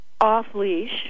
off-leash